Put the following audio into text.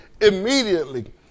immediately